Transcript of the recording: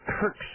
Kirk